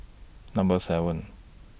Number seven